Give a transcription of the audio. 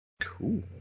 Cool